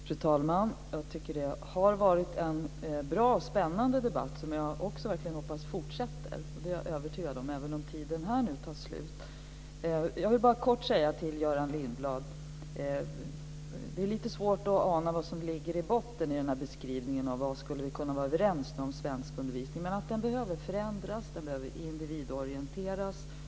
Fru talman! Jag tycker att det har varit en bra och spännande debatt som jag också verkligen hoppas fortsätter, även om tiden här nu tar slut. Jag vill kortfattat säga till Göran Lindblad att det är lite svårt att ana vad som ligger i botten i beskrivningen av vad vi skulle kunna vara överens om när det gäller svenskundervisningen. Men den behöver förändras och individorienteras.